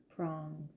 Prongs